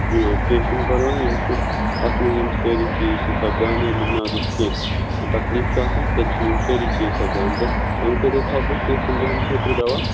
کیٚنٛہہ چھُنہٕ پرواے یِم چھِ اَتھ منٛز یِم سٲری چیٖز چھِ سَپدان ییٚلہِ میٛادَس کیٚنٛہہ تکلیٖف چھُ آسان تیٚلہِ چھِ یِم سٲری چیٖز سَپدان تہٕ اَمہِ خٲطرٕ تھاوٕ بہٕ کینٛژھن دۄہَن خٲطرٕ دوا